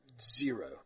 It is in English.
zero